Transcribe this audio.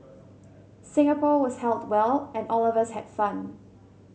Singapore was held well and all of us had fun